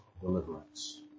deliverance